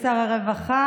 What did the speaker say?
שמספרה 1631. בבקשה,